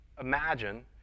imagine